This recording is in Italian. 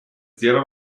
zero